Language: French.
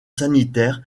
sanitaire